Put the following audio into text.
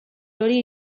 hori